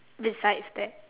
besides that